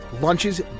Lunches